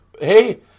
hey